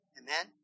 Amen